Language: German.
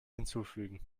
hinzufügen